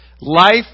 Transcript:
Life